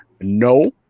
no